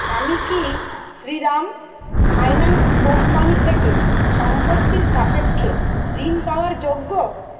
আমি কি Shriram finance company থেকে সম্পত্তির সাপেক্ষে ঋণ পাওয়ার যোগ্য